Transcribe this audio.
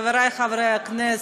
חברי חברי הכנסת,